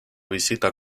visita